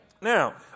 Now